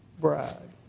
bride